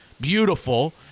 Beautiful